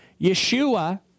Yeshua